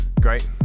Great